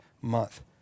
month